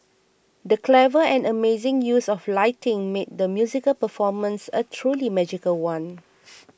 the clever and amazing use of lighting made the musical performance a truly magical one